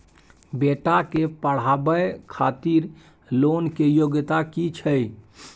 बेटा के पढाबै खातिर लोन के योग्यता कि छै